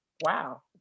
wow